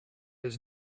his